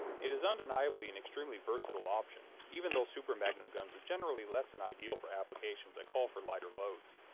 it is undeniably an extremely versatile option, even though super magnum guns are generally less-than-ideal for applications that call for lighter loads.